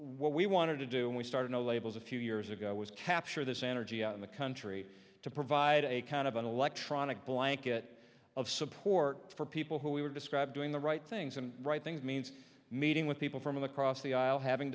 what we wanted to do when we started no labels a few years ago was capture this energy in the country to provide a kind of an electronic blanket of support for people who we would describe doing the right things and right things means meeting with people from across the aisle having